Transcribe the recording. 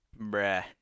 bruh